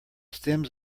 stems